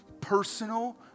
personal